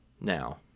Now